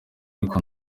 ariko